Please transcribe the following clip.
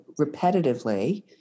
repetitively